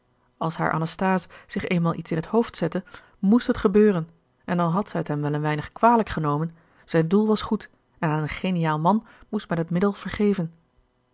als haar anasthase zich eenmaal iets in het hoofd zette moest het gebeuren en al had zij het hem wel een weinig kwalijk genomen zijn doel was goed en aan een geniaal man moest men het middel vergeven